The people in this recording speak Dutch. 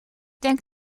denk